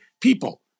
people